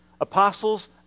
Apostles